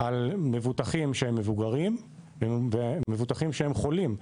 על מבוטחים שהם מבוגרים ועל מבוטחים שהם חולים.